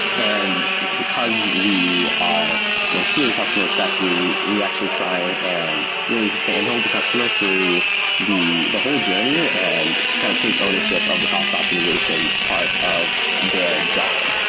and you know because we are you know truly customer-obsessed, we we actually try and really handle the customer through the the whole journey and kind of take ownership of the cost optimization part of their job.